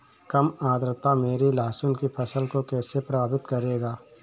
कम आर्द्रता मेरी लहसुन की फसल को कैसे प्रभावित करेगा?